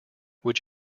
which